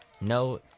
No